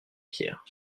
pierre